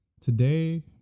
today